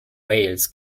wales